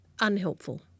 Unhelpful